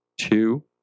Two